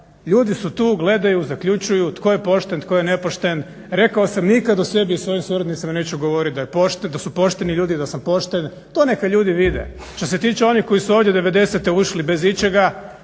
Ljudi su tu gledaju, zaključuju, tko je pošten, tko je nepošten. Rekao sam nikada o sebi i svojim suradnicima neću govoriti da je pošten, da su pošteni ljudi, da sam pošten. To neka ljudi vide. Što se tiče onih koji su ovdje devedesete ušli bez ičega,